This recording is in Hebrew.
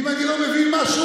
ואם אני לא מבין משהו,